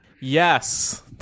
yes